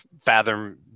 fathom